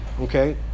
Okay